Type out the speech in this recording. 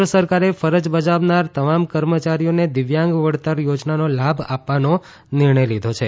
કેન્દ્ર સરકારે ફરજ બજાવનાર તમામ કર્મચારીઓને દિવ્યાંગ વળતર યોજનાનો લાભ આપવાનો નિર્ણય લીધો છે